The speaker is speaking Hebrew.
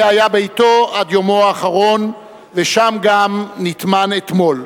זה היה ביתו עד יומו האחרון, ושם גם נטמן אתמול.